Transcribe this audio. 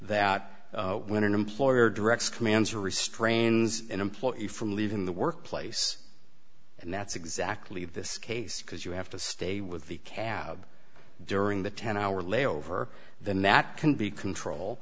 that when an employer directs commands or restrains an employee from leaving the workplace and that's exactly this case because you have to stay with the cab during the ten hour layover then that can be control